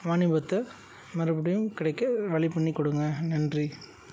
மானியத்த மறுபடியும் கிடைக்க வழி பண்ணி கொடுங்க நன்றி